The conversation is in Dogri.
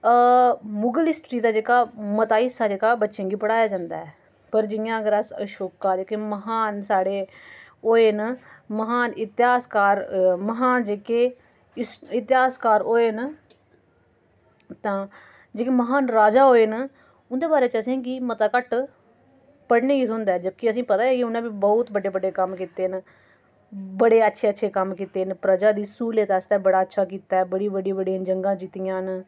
मुगल हिस्ट्री दा जेह्का मता हिस्सा जेह्का बच्चें गी पढ़ाया जंदा ऐ पर जि'यां अगर अस अशोका जेह्के महान साढ़े होए न महान इतिहासकार महान जेह्के इतिहासकार होए न तां जेह्के महान राजा होए न उं'दे बारे च असें गी मता घट्ट पढ़ने गी थ्होंदा ऐ जबकि असें गी पता ऐ उ'नें बी बहोत बड्डे बड्डे कम्म कीते दे न बड़े अच्छे अच्छे कम्म कीते दे न प्रजा दी स्हूलत आस्तै बड़ा अच्छा कीता ऐ बड़ी बड्डी बड्डी जंगां जित्तियां न